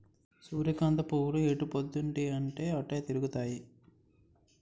సూర్యకాంతం పువ్వులు ఎటుపోద్దున్తీ అటే తిరుగుతాయి